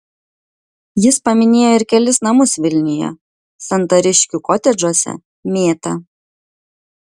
jis paminėjo ir kelis namus vilniuje santariškių kotedžuose mėta